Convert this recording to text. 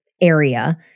area